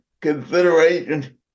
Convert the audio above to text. consideration